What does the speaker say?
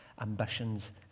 ambitions